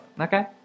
Okay